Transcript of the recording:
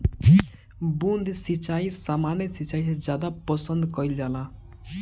बूंद सिंचाई सामान्य सिंचाई से ज्यादा पसंद कईल जाला